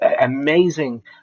amazing